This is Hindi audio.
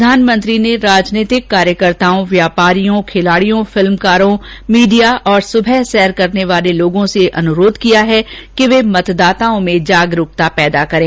प्रधानमंत्री ने राजनीतिक कार्यकर्ताओं व्यापारियों खिलाडियों फिल्मकारों मीडिया और सुबह सैर करने वाले लोगो से अनुरोध किया है कि वे मतदाताओं में जागरूकता पैदा करें